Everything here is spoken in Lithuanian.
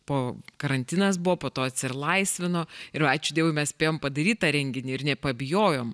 po karantinas buvo po to atsilaisvino ir ačiū dievui mes spėjom padaryt tą renginį ir nepabijojom